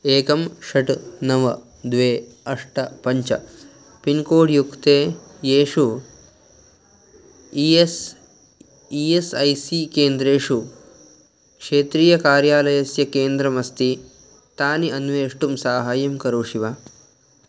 एकं षट् नव द्वे अष्ट पञ्च पिन्कोड् युक्ते येषु E S E S I C केन्द्रेषु क्षेत्रीयकार्यालयस्य केन्द्रमस्ति तानि अन्वेष्टुं सहायं करोषि वा